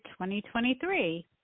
2023